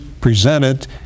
presented